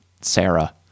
Sarah